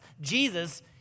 jesus